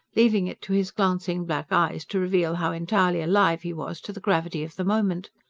leaving it to his glancing black eyes to reveal how entirely alive he was to the gravity of the moment.